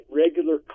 regular